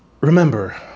remember